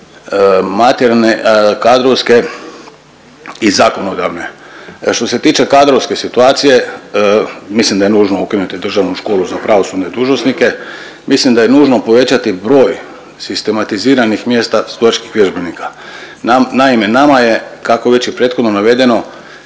materijalne, kadrovske i zakonodavne. Što se tiče kadrovske situacije mislim da je nužno ukinuti Državnu školu za pravosudne dužnosnike, mislim da je nužno povećati broj sistematiziranih mjesta sudačkih vježbenika. Naime, nama je kako je već i prethodno navedeno